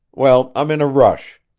well, i'm in a rush.